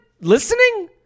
listening